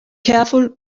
careful